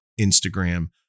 Instagram